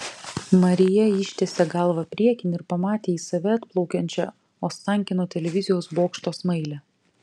marija ištiesė galvą priekin ir pamatė į save atplaukiančią ostankino televizijos bokšto smailę